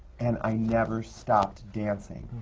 and i never stopped dancing.